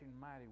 mighty